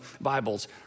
Bibles